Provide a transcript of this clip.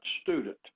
student